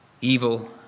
evil